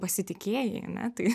pasitikėjai ane tai